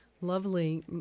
lovely